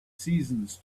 seasons